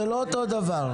זה לא אותו דבר,